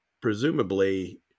presumably